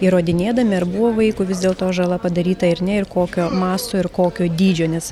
įrodinėdami ar buvo vaikui vis dėlto žala padaryta ir ne ir kokio masto ir kokio dydžio nes